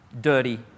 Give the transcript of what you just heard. dirty